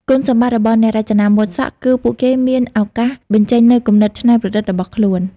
គុណសម្បត្តិរបស់អ្នករចនាម៉ូដសក់គឺពួកគេមានឱកាសបញ្ចេញនូវគំនិតច្នៃប្រឌិតរបស់ខ្លួន។